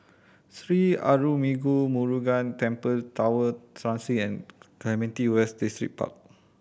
Sri Arulmigu Murugan Temple Tower Transit and Clementi West Distripark